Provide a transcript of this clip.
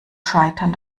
scheitern